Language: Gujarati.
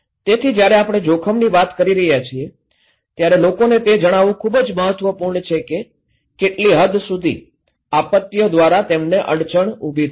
તેથી જ્યારે આપણે જોખમની વાત કરી રહ્યા છીએ ત્યારે લોકોને તે જણાવવું ખૂબ જ મહત્વપૂર્ણ છે કે કેટલી હદ સુધી આપત્તિઓ દ્વારા તેમને અડચણ ઉભી થશે